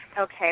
Okay